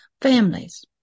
families